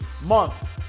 month